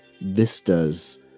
vistas